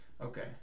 Okay